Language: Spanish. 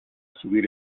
subir